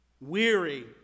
Weary